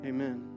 Amen